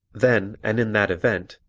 then and in that event,